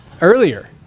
earlier